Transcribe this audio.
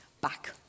back